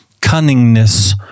cunningness